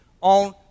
on